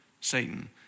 Satan